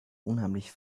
unheimlich